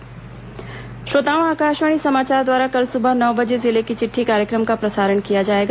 जिले की चिट़ठी श्रोताओं आकाशवाणी समाचार द्वारा कल सुबह नौ बजे जिले की चिट्ठी कार्यक्रम का प्रसारण किया जाएगा